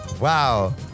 Wow